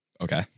Okay